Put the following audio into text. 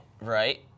Right